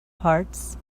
parts